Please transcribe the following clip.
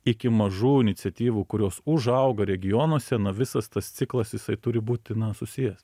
iki mažų iniciatyvų kurios užauga regionuose na visas tas ciklas jisai turi būti na susijęs